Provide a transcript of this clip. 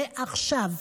ועכשיו.